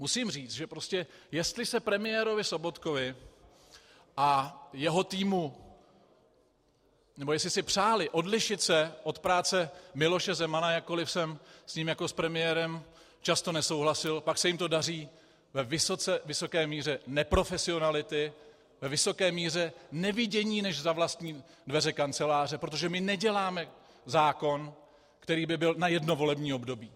Musím říci, že jestli se premiérovi Sobotkovi a jeho týmu, nebo jestli si přáli odlišit se od práce Miloše Zemana, jakkoliv jsem s ním jako s premiérem často nesouhlasil, pak se jim to daří ve vysoké míře neprofesionality, ve vysoké míře nevidění než za vlastní dveře kanceláře, protože my neděláme zákon, který by byl na jedno volební období.